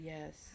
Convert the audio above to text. Yes